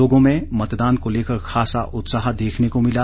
लोगों में मतदान को लेकर खासा उत्साह देखने को मिला